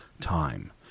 time